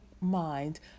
mind